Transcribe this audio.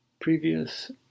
previous